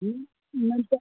हूँ नहि तऽ